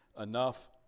enough